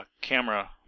camera